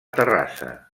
terrassa